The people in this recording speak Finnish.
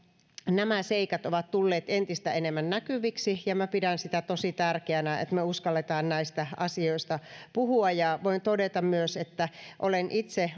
nämä seikat ovat tulleet entistä enemmän näkyviksi ja minä pidän sitä tosi tärkeänä että me uskallamme näistä asioista puhua voin todeta myös että olen itse